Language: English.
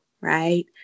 right